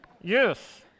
Yes